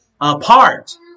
apart